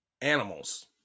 animals